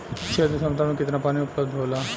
क्षेत्र क्षमता में केतना पानी उपलब्ध होला?